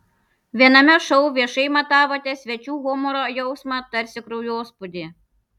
viename šou viešai matavote svečių humoro jausmą tarsi kraujospūdį